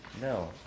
no